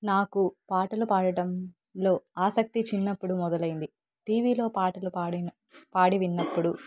నాకు పాటలు పాడటంలో ఆసక్తి చిన్నప్పుడు మొదలైంది టీవీలో పాటలు పాడిన పాడి విన్నప్పుడు